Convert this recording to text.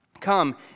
Come